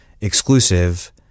exclusive